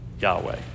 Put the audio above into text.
Yahweh